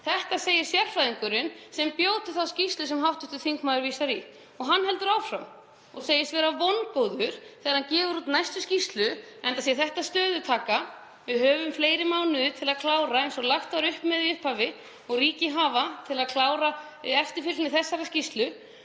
Þetta segir sérfræðingurinn sem skrifaði þá skýrslu sem hv. þingmaður vísar í. Og hann heldur áfram og segist vera vongóður þegar hann gefur út næstu skýrslu, enda sé þetta stöðutaka. Við höfum fleiri mánuði til að klára eins og lagt var upp með í upphafi og ríki hafa til að klára eftirfylgni þessarar skýrslu.